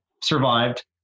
survived